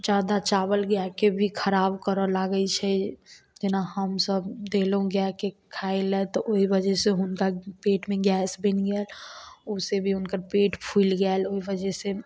जादा चावल गायके भी खराब करऽ लागै छै तेना हमसभ देलहुॅं गायके खाइ लए तऽ ओहि वजहसँ हुनका पेटमे गैस बनि गेल ओ से भी हुनकर पेट फुलि गेल ओहि वजह से